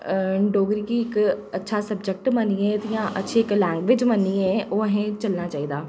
डोगरी गी इक अच्छा सब्जैक्ट मन्नियै एह्दियां अच्छियें कलाएं बिच मन्नियै ओह् असें चलना चाहिदा